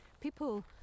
People